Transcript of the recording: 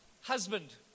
husband